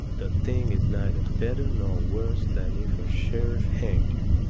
the thing is neither better nor worse than if a sheriff hanged you.